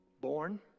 Born